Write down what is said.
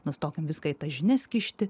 nustokim viską į tas žinias kišti